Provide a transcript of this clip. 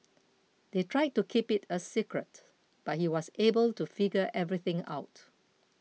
they tried to keep it a secret but he was able to figure everything out